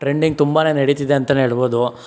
trending ತುಂಬಾ ನಡೀತಿದೆ ಅಂತಾನೆ ಹೇಳ್ಬೋದು